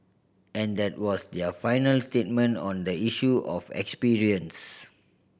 and that was their final statement on the issue of experience